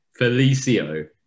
Felicio